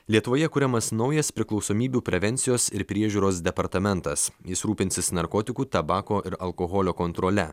lietuvoje kuriamas naujas priklausomybių prevencijos ir priežiūros departamentas jis rūpinsis narkotikų tabako ir alkoholio kontrole